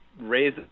raise